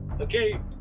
Okay